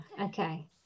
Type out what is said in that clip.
Okay